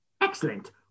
Excellent